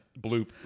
bloop